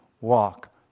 Walk